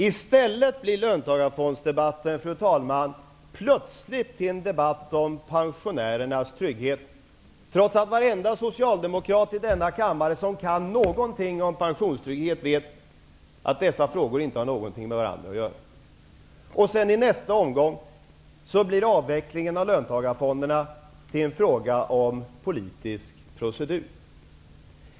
I stället blir löntagarfondsdebatten, fru talman, plötsligt en debatt om pensionärernas trygghet, trots att varenda socialdemokrat i denna kammare som kan någonting om pensionstrygghet vet att dessa frågor inte har någonting med varandra att göra. I nästa omgång blir avvecklingen av löntagarfonderna till en fråga om politisk procedur.